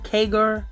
Kager